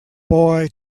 boy